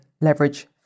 leverage